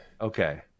Okay